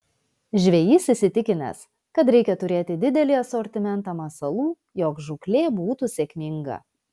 žvejys įsitikinęs kad reikia turėti didelį asortimentą masalų jog žūklė būtų sėkminga